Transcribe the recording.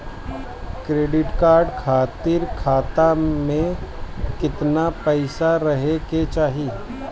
Credit card खातिर खाता में केतना पइसा रहे के चाही?